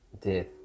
death